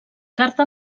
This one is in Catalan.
carta